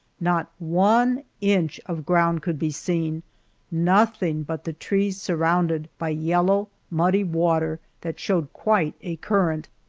not one inch of ground could be seen nothing but the trees surrounded by yellow, muddy water that showed quite a current.